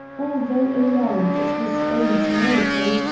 although alarmed at his own temerity,